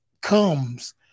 comes